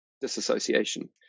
disassociation